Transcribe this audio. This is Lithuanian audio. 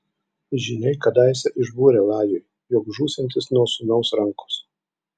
žyniai kadaise išbūrė lajui jog žūsiantis nuo sūnaus rankos